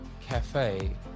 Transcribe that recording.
cafe